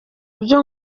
byo